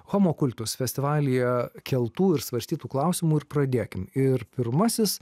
homokultus festivalyje keltų ir svarstytų klausimų ir pradėkime ir pirmasis